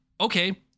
okay